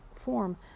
form